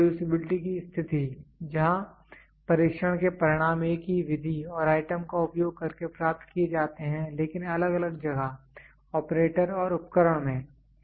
reproducibility की स्थिति जहां परीक्षण के परिणाम एक ही विधि और आइटम का उपयोग करके प्राप्त किए जाते हैं लेकिन अलग अलग जगह ऑपरेटर और उपकरण में